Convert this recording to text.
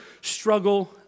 struggle